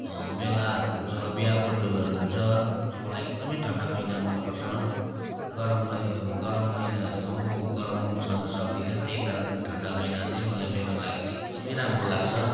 मेलाहरू हुन्छ बिहाबटुलहरू हुन्छ र मलाई एकदमै ठन्डा महिना मनपर्छ गरम गरम महिनाहरूमा म गरम सहन सक्दिनँ त्यही कारण ठन्डा महिना चाहिँ मलाई मेरो लागि चाहिँ एकदमै राम्रो लाग्छ